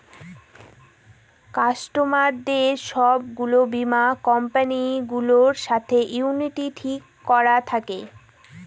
কাস্টমারদের সব গুলো বীমা কোম্পানি গুলোর সাথে ইউনিটি ঠিক করা থাকে